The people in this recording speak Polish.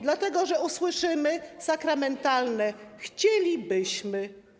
Dlatego że usłyszymy sakramentalne: chcielibyśmy.